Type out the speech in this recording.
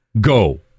Go